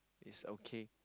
is okay